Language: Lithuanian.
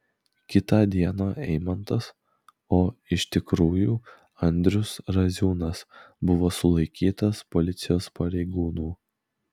kitą dieną eimantas o iš tikrųjų andrius raziūnas buvo sulaikytas policijos pareigūnų